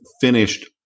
finished